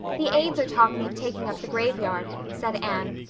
the aids are talking of taking up the graveyard, said anne,